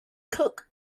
cook